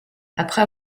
après